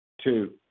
Two